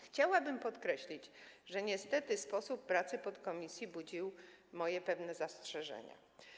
Chciałabym podkreślić, że niestety sposób pracy podkomisji budził moje pewne zastrzeżenia.